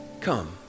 come